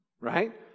right